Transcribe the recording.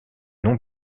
non